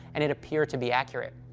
and it appeared to be accurate.